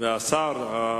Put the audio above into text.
הצעות מס'